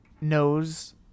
knows